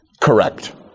Correct